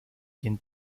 quien